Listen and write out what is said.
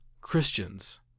Christians